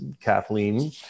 Kathleen